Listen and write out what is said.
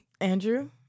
Andrew